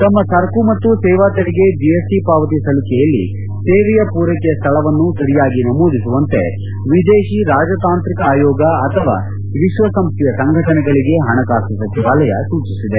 ತಮ್ನ ಸರಕು ಮತ್ತು ಸೇವಾ ತೆರಿಗೆ ಜಿಎಸ್ಟಿ ಪಾವತಿ ಸಲ್ಲಿಕೆಯಲ್ಲಿ ಸೇವೆಯ ಪೂರ್ನೆಕೆಯ ಸ್ಥಳವನ್ನು ಸರಿಯಾಗಿ ನಮೂದಿಸುವಂತೆ ವಿದೇಶಿ ರಾಜತಾಂತ್ರಿಕ ಆಯೋಗ ಅಥವಾ ವಿಶ್ವಸಂಸ್ವೆಯ ಸಂಘಟನೆಗಳಿಗೆ ಹಣಕಾಸು ಸಚಿವಾಲಯ ಸೂಚಿಸಿದೆ